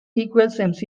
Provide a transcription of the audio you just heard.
equals